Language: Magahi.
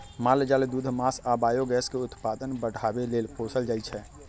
माल जाल दूध मास आ बायोगैस के उत्पादन बढ़ाबे लेल पोसल जाइ छै